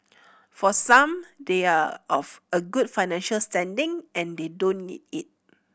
for some they are of a good financial standing and they don't need it